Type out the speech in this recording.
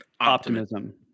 optimism